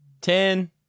Ten